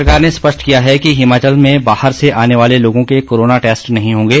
प्रदेश सरकार ने स्पष्ट किया है कि हिमाचल में बाहर से आने वाले लोगों के कोरोना टेस्ट नहीं होंगे